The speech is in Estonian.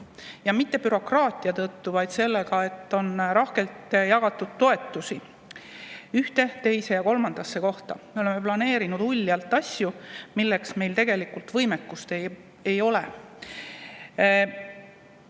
ja mitte bürokraatia tõttu, ka seetõttu, et on rohkelt jagatud toetusi ühte, teise ja kolmandasse kohta. Me oleme uljalt planeerinud asju, milleks meil tegelikult võimekust ei ole.